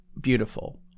beautiful